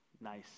Nice